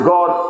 God